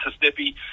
Mississippi